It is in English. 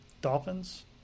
Dolphins